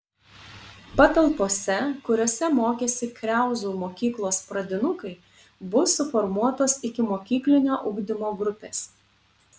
patalpose kuriose mokėsi kriauzų mokyklos pradinukai bus suformuotos ikimokyklinio ugdymo grupės